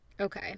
Okay